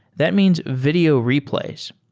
that means video replays.